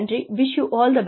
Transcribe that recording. wish you all the best